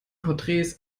porträts